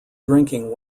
drinking